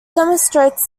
demonstrates